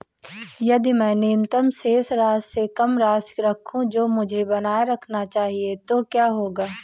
यदि मैं न्यूनतम शेष राशि से कम राशि रखूं जो मुझे बनाए रखना चाहिए तो क्या होगा?